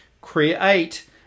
create